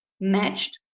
matched